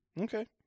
Okay